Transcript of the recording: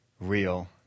real